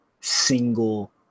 single